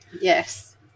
Yes